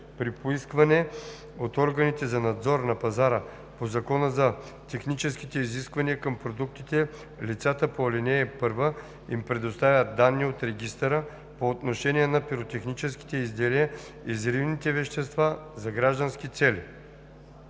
При поискване от органите за надзор на пазара по Закона за техническите изисквания към продуктите лицата по ал. 1 им предоставят данни от регистъра по отношение на пиротехническите изделия и взривните вещества за граждански цели.“